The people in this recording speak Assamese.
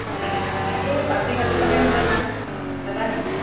এই পাচিঘাটলৈকে নহ'লে যাম যাবানি